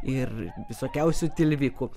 ir visokiausių tilvikų